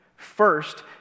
First